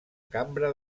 cambra